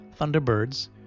thunderbirds